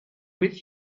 with